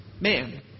man